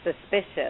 suspicious